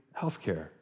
healthcare